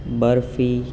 barfi